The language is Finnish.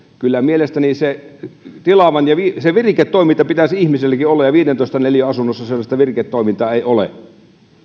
kyllä mielestäni se viriketoiminta pitäisi ihmiselläkin olla ja viidentoista neliön asunnossa sellaista viriketoimintaa ei ole